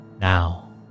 Now